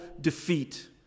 defeat